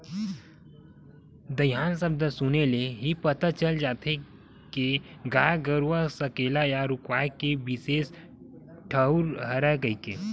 दईहान सब्द सुने ले ही पता चल जाथे के गाय गरूवा सकेला या रूकवाए के बिसेस ठउर हरय कहिके